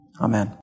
amen